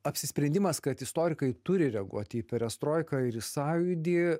apsisprendimas kad istorikai turi reaguoti į perestroiką ir į sąjūdį